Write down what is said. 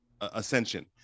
ascension